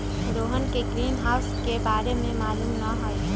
रोहन के ग्रीनहाउस के बारे में मालूम न हई